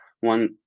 one